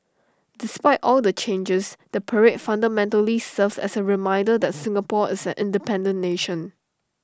despite all the changes the parade fundamentally serves as A reminder that Singapore is an independent nation